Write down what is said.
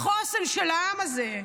החוסן של העם הזה.